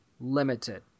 limited